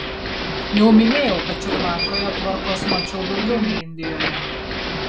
jau minėjau kad šri lankoje tvarkos mačiau daugiau nei indijoje